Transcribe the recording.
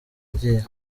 agiye